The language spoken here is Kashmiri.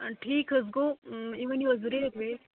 اَدٕ ٹھیٖک حظ گوٚو یہِ ؤنِو حظ ریٹ ویٹ